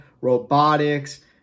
robotics